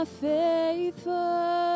faithful